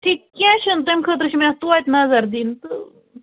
ٹھیٖک کیٚنٛہہ چھُنہٕ تَمہِ خٲطرٕ چھُ مےٚ اَتھ توتہِ نظر دِنۍ تہٕ